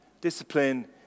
Discipline